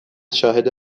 شاهد